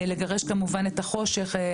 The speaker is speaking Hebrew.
לגרש כמובן את החושך,